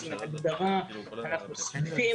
אנחנו שמחים,